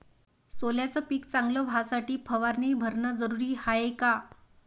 सोल्याचं पिक चांगलं व्हासाठी फवारणी भरनं जरुरी हाये का?